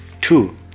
Two